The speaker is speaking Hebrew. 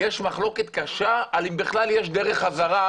יש מחלוקת קשה על בכלל אם יש דרך חזרה,